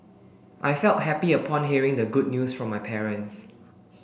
I felt happy upon hearing the good news from my parents